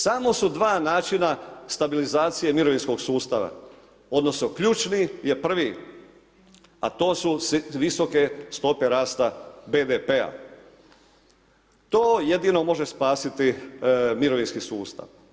Samo su dva načina stabilizacije mirovinskog sustava odnosno ključni je prvi, a to su visoke stope rasta BDP-a, to jedino može spasiti mirovinski sustav.